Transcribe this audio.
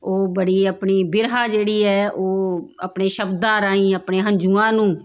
ਉਹ ਬੜੀ ਆਪਣੀ ਬਿਰਹਾ ਜਿਹੜੀ ਹੈ ਉਹ ਆਪਣੇ ਸ਼ਬਦਾਂ ਰਾਹੀਂ ਆਪਣੇ ਹੰਝੂਆਂ ਨੂੰ